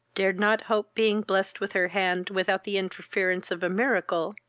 dared not hope being blest with her hand, without the interference of a miracle,